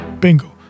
Bingo